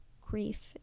grief